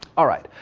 alright.